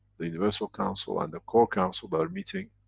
the universal council, and the core council they are meeting,